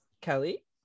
Kelly